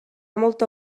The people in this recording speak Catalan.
molta